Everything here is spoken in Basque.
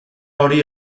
hori